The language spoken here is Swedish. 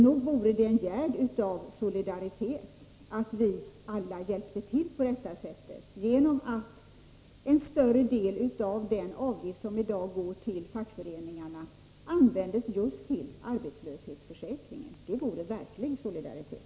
Nog vore det en gärd av solidaritet om vi alla hjälpte till på detta sätt, om en större del av den avgift som i dag går till fackföreningarna användes just till arbetslöshetsförsäkringen. Det vore verklig solidaritet.